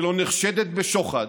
שלא נחשדת בשוחד,